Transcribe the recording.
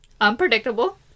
Unpredictable